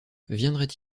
viendrait